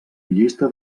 llista